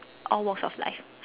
all walks of life